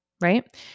right